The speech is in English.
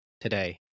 today